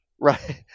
Right